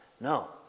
no